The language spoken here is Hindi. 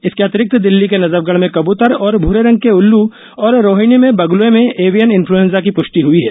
इसके अतिरिक्त दिल्ली के नजफगढ़ में कबूतर और भूरे रंग के उल्लू और रोहिणी में बगुले में एविएन इन्फ्लूएंजा की पुष्टि हुई है